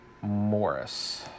Morris